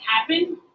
happen